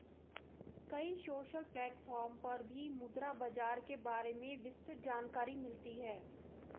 कई social platform पर भी मुद्रा बाजार के बारे में विस्तृत जानकरी मिलती है